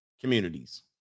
communities